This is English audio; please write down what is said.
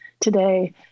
today